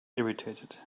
irritated